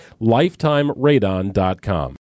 LifetimeRadon.com